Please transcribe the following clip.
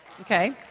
Okay